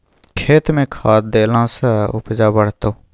खेतमे खाद देलासँ उपजा बढ़तौ